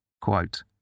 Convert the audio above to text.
quote